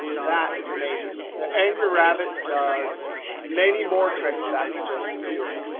that is amazing. the angry rabbit does many more tricks. that's just a few of them.